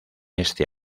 este